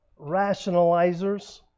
rationalizers